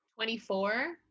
24